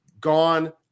Gone